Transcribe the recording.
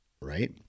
right